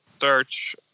search